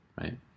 right